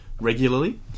regularly